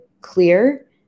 clear